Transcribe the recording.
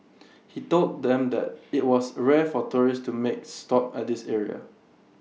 he told them that IT was rare for tourists to make stop at this area